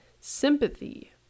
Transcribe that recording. sympathy